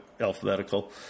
alphabetical